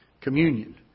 Communion